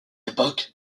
époque